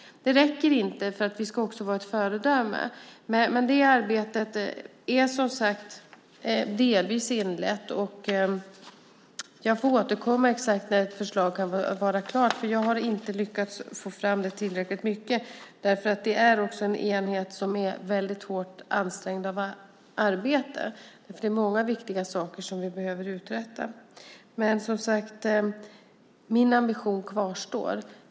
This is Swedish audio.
Detta räcker inte. Vi ska också vara ett föredöme. Det arbetet är dock som sagt delvis inlett. Jag får återkomma med exakt besked om när ett förslag kan vara klart, för det har jag inte lyckats få fram. Detta är också en enhet som är väldigt hårt ansträngd av arbete. Det är många viktiga saker vi behöver uträtta. Min ambition kvarstår dock.